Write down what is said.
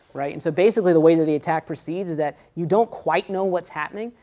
right. and so basically the way that the attack proceeds is that you don't quite know what's happening,